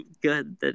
good